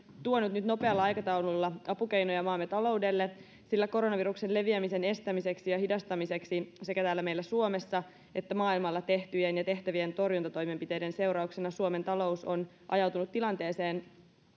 tuonut nyt nopealla aikataululla apukeinoja maamme taloudelle sillä koronaviruksen leviämisen estämiseksi ja hidastamiseksi sekä täällä meillä suomessa että maailmalla tehtyjen ja tehtävien torjuntatoimenpiteiden seurauksena suomen talous on ajautunut tilanteeseen